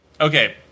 Okay